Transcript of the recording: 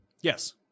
Yes